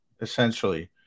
essentially